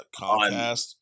Comcast